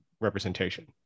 representation